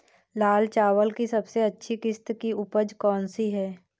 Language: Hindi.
लाल चावल की सबसे अच्छी किश्त की उपज कौन सी है?